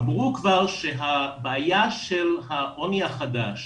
אמרו כבר שהבעיה של העוני החדש,